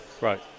Right